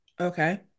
Okay